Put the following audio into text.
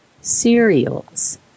cereals